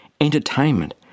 entertainment